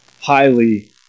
highly